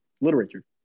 literature